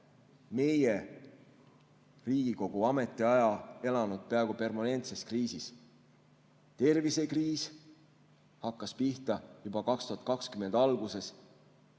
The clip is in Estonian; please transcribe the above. meie Riigikogu ametiaja elanud peaaegu permanentses kriisis. Tervisekriis hakkas pihta juba 2020. aasta